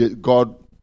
God